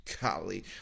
golly